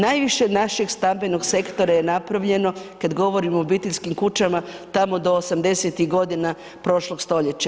Najviše našeg stambenog sektora je napravljeno kad govorimo o obiteljskim kućama, tamo do '80.-tih godina prošlog stoljeća.